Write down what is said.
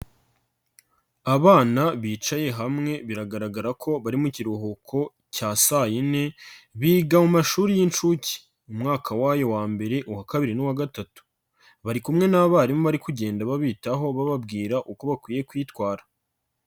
Abana bicaye hamwe biragaragara ko bari mu kiruhuko cya saa yine biga mu mashuri y'inshuke mu mwaka wayo wa mbere, uwa kabiri n'uwa gatatu, bari kumwe n'abarimu bari kugenda babitaho bababwira uko bakwiye kwitwara.